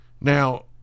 Now